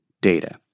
data